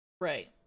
Right